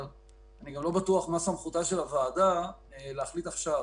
ואני גם לא בטוח מה סמכותה של הוועדה להחליט עכשיו.